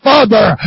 Father